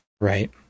Right